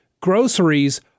groceries